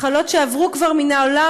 מחלות שכבר עברו מן העולם,